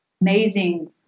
amazing